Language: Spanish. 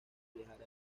viajar